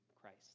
Christ